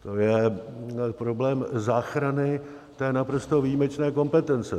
To je problém záchrany té naprosto výjimečné kompetence.